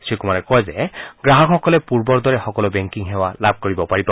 শ্ৰীকুমাৰে কয় যে গ্ৰাহকসকলে পূৰ্বৰ দৰে সকলো বেংকিং সেৱা লাভ কৰিব পাৰিব